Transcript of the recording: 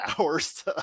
hours